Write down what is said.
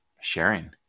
sharing